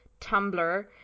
Tumblr